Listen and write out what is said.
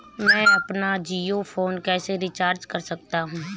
मैं अपना जियो फोन कैसे रिचार्ज कर सकता हूँ?